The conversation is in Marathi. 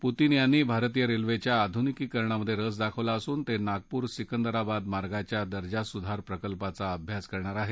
पुतीन यांनी भारतीय रेल्वेच्या अधुनिकीकरणात रस दाखवला असून ते नागपूर सिंकदराबाद मार्गाच्या दर्जासुधार प्रकल्पाचा अभ्यास करणार आहेत